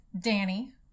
Danny